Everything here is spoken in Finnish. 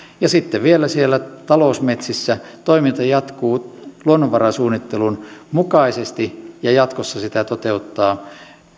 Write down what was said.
ja sitten vielä siellä talousmetsissä toiminta jatkuu luonnonvarasuunnittelun mukaisesti ja jatkossa sitä toteuttaa